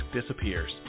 disappears